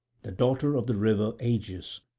the daughter of the river aegaeus,